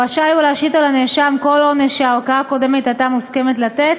רשאי הוא להשית על הנאשם כל עונש שהערכאה הקודמת הייתה מוסמכת לתת,